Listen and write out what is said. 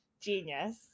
Genius